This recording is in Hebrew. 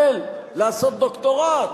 שאפשר לעשות דוקטורט